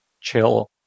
chill